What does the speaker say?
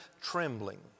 trembling